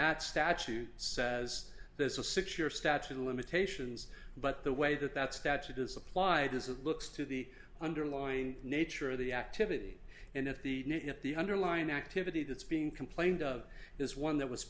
that statute says there's a six year statute of limitations but the way that that statute is applied is it looks to the underlying nature of the activity and if the underlying activity that's being complained of is one that was